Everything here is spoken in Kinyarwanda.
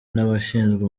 n’abashinzwe